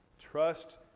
Trust